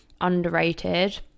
underrated